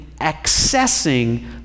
accessing